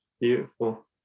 beautiful